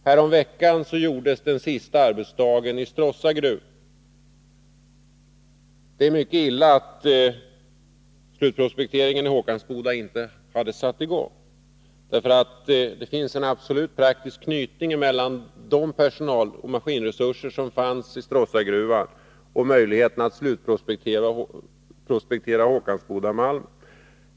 Häromveckan fullgjorde man den sista arbetsdagen i Stråssa gruva. Det var mycket illa att slutprospekteringen i Håkansbodagruvan då inte hade kommit i gång, därför att det finns en absolut praktisk anknytning mellan personaloch maskinresurserna i Stråssagruvan och möjligheterna att slutprospektera Håkansbodamalmen.